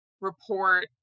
report